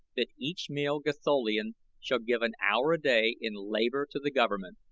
that each male gatholian shall give an hour a day in labor to the government.